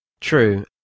True